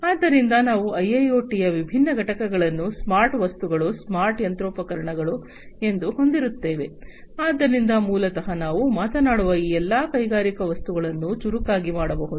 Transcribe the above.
ಆದ್ದರಿಂದ ನಾವು ಐಐಓಟಿಯ ವಿಭಿನ್ನ ಘಟಕಗಳನ್ನು ಸ್ಮಾರ್ಟ್ ವಸ್ತುಗಳು ಸ್ಮಾರ್ಟ್ ಯಂತ್ರೋಪಕರಣಗಳು ಎಂದು ಹೊಂದಿರುತ್ತೇವೆ ಆದ್ದರಿಂದ ಮೂಲತಃ ನಾವು ಮಾತನಾಡುವ ಈ ಎಲ್ಲಾ ಕೈಗಾರಿಕಾ ವಸ್ತುಗಳನ್ನು ಚುರುಕಾಗಿ ಮಾಡಬಹುದು